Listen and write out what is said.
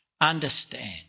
understand